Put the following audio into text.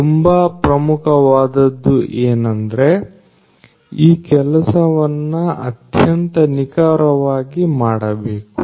ತುಂಬಾ ಪ್ರಮುಖವಾದದ್ದು ಏನಂದ್ರೆ ಈ ಕೆಲಸವನ್ನು ಅತ್ಯಂತ ನಿಖರವಾಗಿ ಮಾಡಬೇಕು